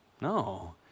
No